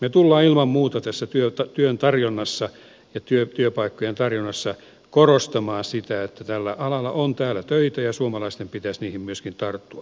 me tulemme ilman muuta tässä työn tarjonnassa ja työpaikkojen tarjonnassa korostamaan sitä että tällä alalla on täällä töitä ja suomalaisten pitäisi niihin myöskin tarttua